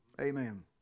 Amen